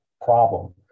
problem